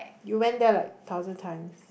you went there like thousand times